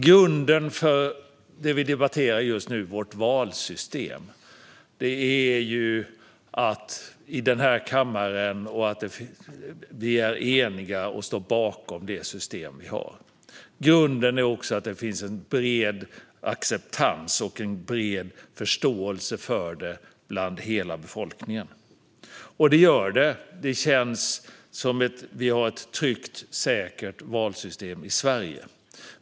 Grunden för det vi debatterar just nu, vårt valsystem, är att vi i den här kammaren är eniga och står bakom det system vi har. Grunden är också att det finns en bred acceptans och förståelse för det bland hela befolkningen. Det finns det. Det känns som att vi har ett tryggt, säkert valsystem i Sverige.